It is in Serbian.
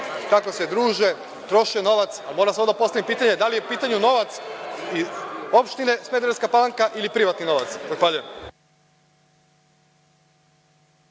kako se druže, troše novac. Moram da postavim pitanje – da li je u pitanju novac opštine Smederevska Palanka ili privatni novac?